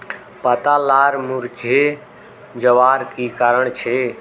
पत्ता लार मुरझे जवार की कारण छे?